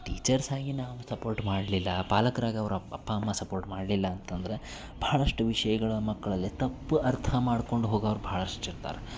teachers ಆಗಿ ನಾವು support ಮಾಡಲಿಲ್ಲ ಪಾಲಕ್ರಾಗಿ ಅವ್ರ ಅಪ್ಪ ಅಪ್ಪ ಅಪ್ಪ ಅಮ್ಮ ಸಪೋರ್ಟ್ ಮಾಡಲಿಲ್ಲ ಅಂತಂದ್ರೆ ಭಾಳಷ್ಟು ವಿಷಯಗಳ ಮಕ್ಕಳಲ್ಲಿ ತಪ್ಪು ಅರ್ಥ ಮಾಡ್ಕೊಂಡು ಹೋಗೋರು ಭಾಳಷ್ಟು ಇರ್ತಾರೆ